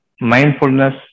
mindfulness